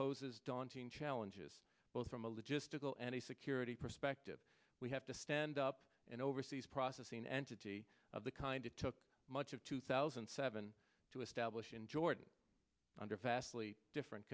poses daunting challenges both from a logistical and a security perspective we have to stand up and overseas processing entity of the kind it took much of two thousand and seven to establish in jordan under fastly different